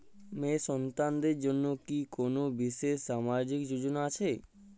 মেয়ে সন্তানদের জন্য কি কোন বিশেষ সামাজিক যোজনা আছে?